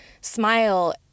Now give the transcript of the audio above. smile